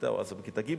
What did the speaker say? אז הוא היה בכיתה ג',